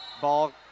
Ball